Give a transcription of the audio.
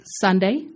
Sunday